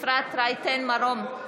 בעד ג'ידא רינאוי זועבי,